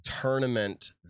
tournament